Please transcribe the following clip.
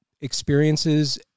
experiences